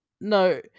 No